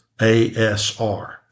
ASR